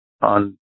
on